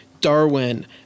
Darwin